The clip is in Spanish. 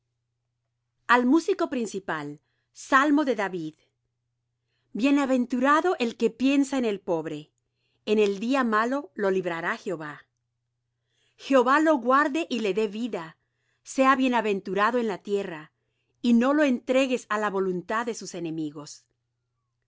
al músico principal salmo de david bienaventurado el que piensa en el pobre en el día malo lo librará jehová jehová lo guardé y le dé vida sea bienaventurado en la tierra y no lo entregues á la voluntad de sus enemigos